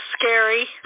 scary